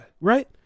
right